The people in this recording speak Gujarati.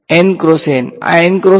વિદ્યાર્થી N ક્રોસ